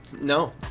No